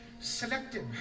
selective